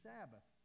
Sabbath